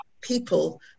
people